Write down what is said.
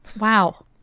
Wow